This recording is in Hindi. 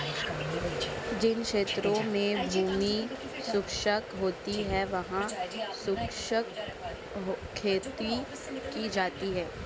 जिन क्षेत्रों में भूमि शुष्क होती है वहां शुष्क खेती की जाती है